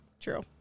True